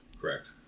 Correct